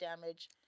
damage